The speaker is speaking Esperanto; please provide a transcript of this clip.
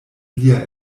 lia